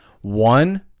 one